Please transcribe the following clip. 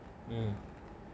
um